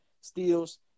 steals